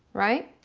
right?